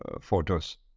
photos